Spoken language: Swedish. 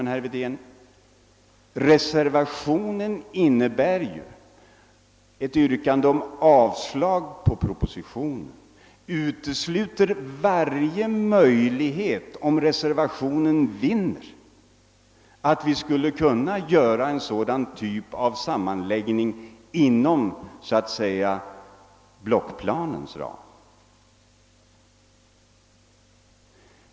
Men, herr Wedén, reservationen innebär ett yrkande om avslag på propositionen och utesluter varje möjlighet att vi — om reservationen vinner — skulle kunna göra en sådan typ av sammanläggning inom blockplanens ram.